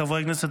חברי הכנסת,